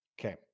Okay